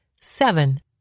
seven